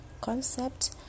concept